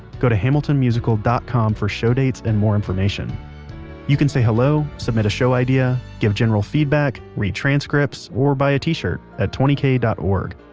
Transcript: go to hamilton musical dot com for show dates and more information you can say hello, submit a show idea, give general feedback, read transcripts, or buy a t-shirt at twenty k dot org.